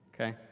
Okay